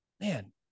man